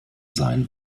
sein